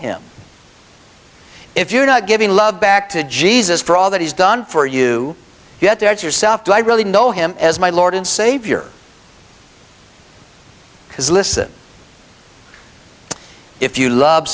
him if you're not giving love back to jesus for all that he's done for you yet there is yourself do i really know him as my lord and savior because listen if you love